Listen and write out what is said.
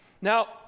Now